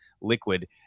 liquid